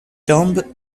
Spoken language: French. tombe